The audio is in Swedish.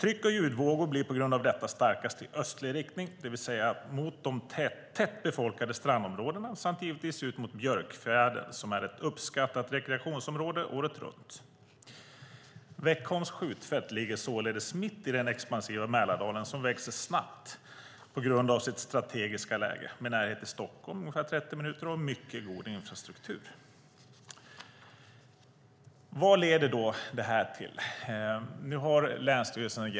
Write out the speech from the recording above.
Tryck och ljudvågor blir på grund av detta starkast i östlig riktning, det vill säga mot de tätt befolkade strandområdena samt givetvis ut mot Björkfjärden som är ett uppskattat rekreationsområde året runt. Veckholms skjutfält ligger således mitt i den expansiva Mälardalen som växer snabbt på grund av sitt strategiska läge med närhet till Stockholm, ungefär 30 minuter, och mycket god infrastruktur. Vad leder då detta till?